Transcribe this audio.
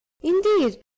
Indeed